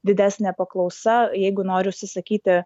didesnė paklausa jeigu nori užsisakyti